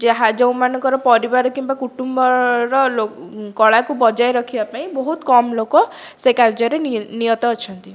ଯାହା ଯେଉଁମାନଙ୍କର ପରିବାର କିମ୍ବା କୁଟୁମ୍ବର କଳାକୁ ବଜାୟୀ ରଖିବା ପାଇଁ ବହୁତ କମ୍ ଲୋକ ସେ କାର୍ଯ୍ୟରେ ନିହତ ଅଛନ୍ତି